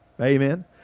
Amen